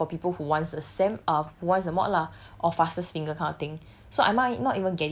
that kind of thing or like for people who wants a same uh who wants the mod lah or fastest fingers kind of thing